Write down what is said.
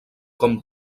com